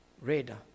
radar